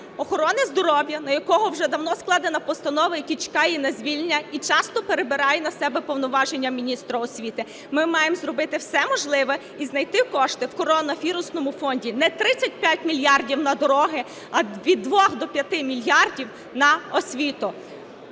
охорони здоров'я, на якого вже давно складена постанова, який чекає на звільнення і часто перебирає на себе повноваження міністра освіти. Ми маємо зробити все можливе і знайти кошти в коронавірусному фонді не 35 мільярдів на дороги, а від 2 до 5 мільярдів на освіту.